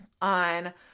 on